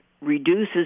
reduces